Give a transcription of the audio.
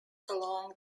along